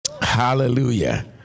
Hallelujah